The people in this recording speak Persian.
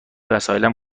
وسایلم